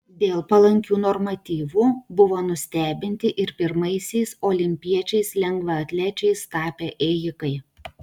dėl palankių normatyvų buvo nustebinti ir pirmaisiais olimpiečiais lengvaatlečiais tapę ėjikai